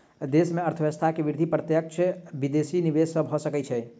देश के अर्थव्यवस्था के वृद्धि प्रत्यक्ष विदेशी निवेश सॅ भ सकै छै